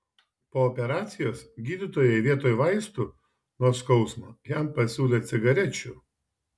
po operacijos gydytojai vietoj vaistų nuo skausmo jam pasiūlė cigarečių